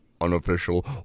unofficial